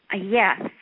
Yes